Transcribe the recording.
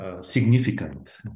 significant